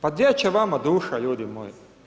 Pa gdje će vama duša ljudi moji?